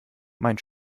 mein